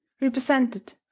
represented